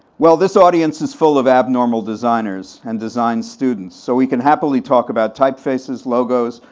well, this audience is full of abnormal designers, and design students, so we can happily talk about typefaces, logos,